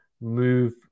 move